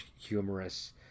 humorous